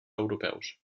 europeus